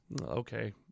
Okay